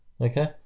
Okay